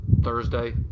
Thursday